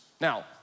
Now